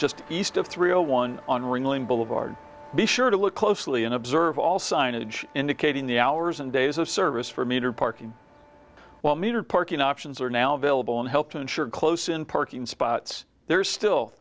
just east of three a one on ringling boulevard be sure to look closely and observe all signage indicating the hours and days of service for metered parking while metered parking options are now available and help to ensure close in parking spots there are still